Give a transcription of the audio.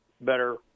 better